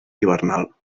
hivernal